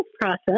process